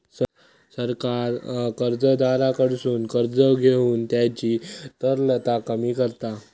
सरकार कर्जदाराकडसून कर्ज घेऊन त्यांची तरलता कमी करता